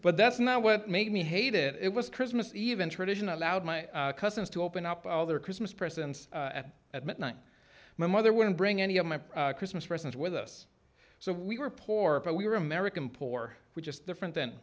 but that's not what made me hate it it was christmas eve and tradition allowed my cousins to open up all their christmas presents at midnight my mother wouldn't bring any of my christmas presents with us so we were poor but we were american poor we just different than